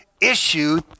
issue